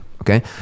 Okay